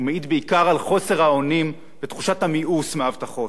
הוא מעיד בעיקר על חוסר האונים ותחושת המיאוס מהבטחות.